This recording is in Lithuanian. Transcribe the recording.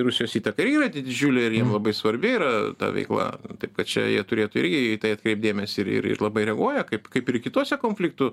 rusijos įtaka irgi yra didžiulė ir jiem labai svarbi yra ta veikla taip kad čia jie turėtų irgi į tai atkreipt dėmesį ir ir ir labai reaguoja kaip kaip ir kitose konfliktų